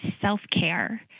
self-care